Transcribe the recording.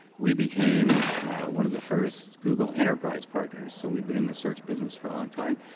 we became one of the first google enterprise partners. so we've been in the search business for a long time.